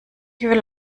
will